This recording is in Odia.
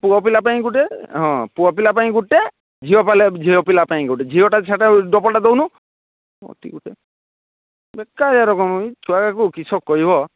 ପୁଅପିଲା ପାଇଁ ଗୋଟେ ହଁ ପୁଅପିଲା ପାଇଁ ଗୋଟେ ଝିଅପିଲା ପାଇଁ ଗୋଟେ ଝିଅଟା ସେଟା ଡବଲ୍ ଟା ଦେଉନୁ ଅତି ଗୋଟେ ବେକାରିଆ ରକମ ଛୁଆଟାକୁ କିସ କହିବ